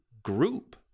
group